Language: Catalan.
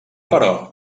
però